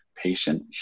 Patient